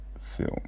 film